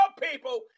people